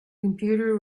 computer